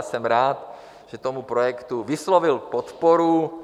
Jsem rád, že tomu projektu vyslovil podporu.